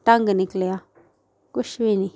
ढंग निकलेआ कुछ बी नी